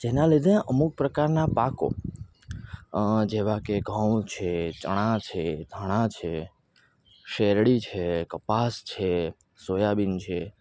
જેના લીધે અમુક પ્રકારના પાકો જેવા કે ઘઉં છે ચણા છે ધાણા છે શેરડી છે કપાસ છે સોયાબિન છે